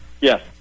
Yes